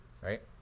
right